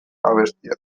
abestiak